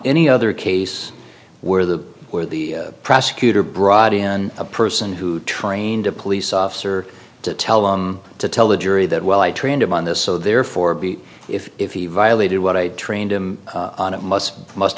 any other case where the where the prosecutor brought in a person who trained a police officer to tell to tell the jury that well i trained him on this so therefore b if if he violated what i had trained him must must